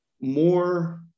more